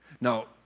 Now